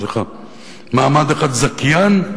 מעמד אחד זכיין,